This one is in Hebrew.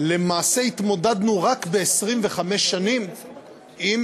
למעשה התמודדנו רק ב-25 שנים עם